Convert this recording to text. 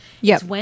yes